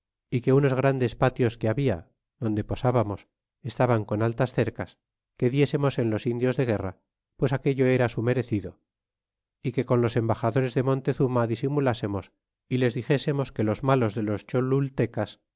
y que unos grandes patios que habia donde posábamos estaban con altas cercas que diésemos en los indios de guerra pues aquello era su merecido y que con los embaxadores de montezuma disimulásemos y les dixésemos que los malos de los